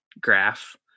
graph